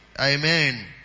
Amen